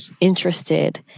interested